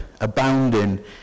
abounding